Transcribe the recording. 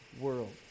world